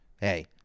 hey